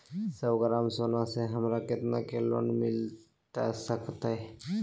सौ ग्राम सोना से हमरा कितना के लोन मिलता सकतैय?